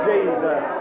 Jesus